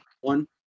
one